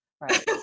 Right